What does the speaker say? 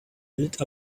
lit